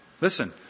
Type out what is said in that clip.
Listen